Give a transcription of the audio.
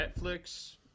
Netflix